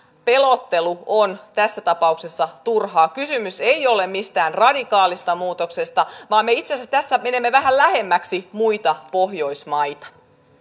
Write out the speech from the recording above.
pelottelu on tässä tapauksessa turhaa kysymys ei ole mistään radikaalista muutoksesta vaan me itse asiassa tässä menemme vähän lähemmäksi muita pohjoismaita